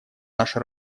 наша